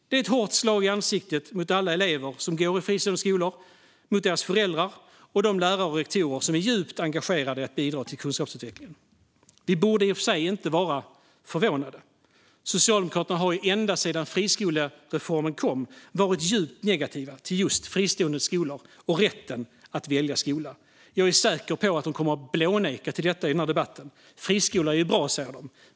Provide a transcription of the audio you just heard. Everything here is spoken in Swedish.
Det är ett hårt slag i ansiktet på alla elever som går i fristående skolor, deras föräldrar och de lärare och rektorer som är djupt engagerade i att bidra till kunskapsutveckling. Vi borde i och för sig inte vara förvånade. Socialdemokraterna har ända sedan friskolereformen kom varit djupt negativa till just fristående skolor och rätten att välja skola. Jag är säker på att de kommer att blåneka till detta i den här debatten. Friskolor är bra, säger de.